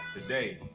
today